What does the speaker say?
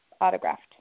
Autographed